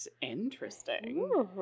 Interesting